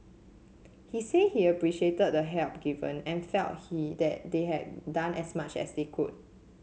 he say he appreciated the help given and felt he that they had done as much as they could